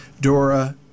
Dora